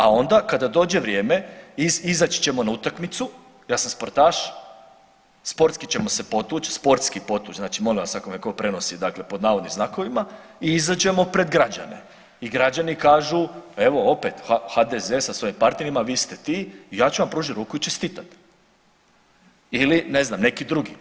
A onda kada dođe vrijeme izaći ćemo na utakmicu, ja sam sportaš, sportski ćemo se potući, sportski potuć znači molim vas ako me tko prenosi dakle pod navodnim znakovima i izađemo pred građane i građani kažu evo opet HDZ sa svojim partnerima vi ste ti i ja ću vam pružit ruku i čestitat ili ne znam neki drugi.